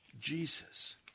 Jesus